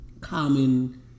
common